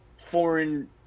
foreign